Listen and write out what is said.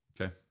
Okay